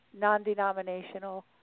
non-denominational